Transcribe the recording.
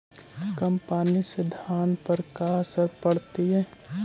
कम पनी से धान पर का असर पड़तायी?